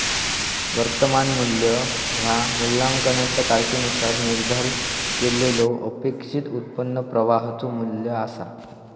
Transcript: वर्तमान मू्ल्य ह्या मूल्यांकनाचा तारखेनुसार निर्धारित केलेल्यो अपेक्षित उत्पन्न प्रवाहाचो मू्ल्य असा